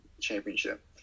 championship